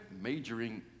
majoring